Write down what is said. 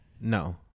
No